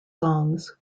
songs